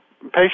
patient